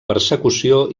persecució